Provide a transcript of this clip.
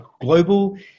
global